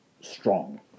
strong